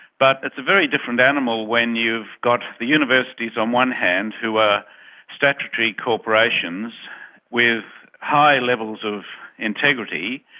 but it's a very different animal when you've got the universities on one hand, who are statutory corporations with high levels of integrity,